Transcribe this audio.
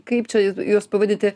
kaip čia juos pavaditi